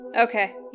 okay